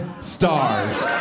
stars